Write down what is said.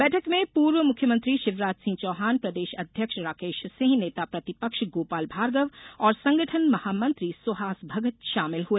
बैठक में पूर्व मुख्यमंत्री शिवराज सिंह चौहान प्रदेश अध्यक्ष राकेश सिंह नेता प्रतिपक्ष गोपाल भार्गव और संगठन महामंत्री सुहास भगत शामिल हुए